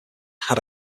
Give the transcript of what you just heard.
had